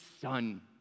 son